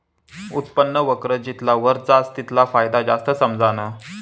उत्पन्न वक्र जितला वर जास तितला फायदा जास्त समझाना